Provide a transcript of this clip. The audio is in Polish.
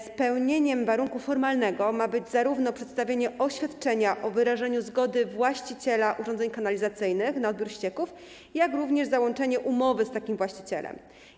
Spełnieniem warunku formalnego ma być zarówno przedstawienie oświadczenia o wyrażeniu zgody właściciela urządzeń kanalizacyjnych na odbiór ścieków, jak również załączenie umowy z takim właścicielem.